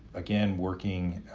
again, working